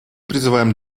призываем